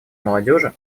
молодежи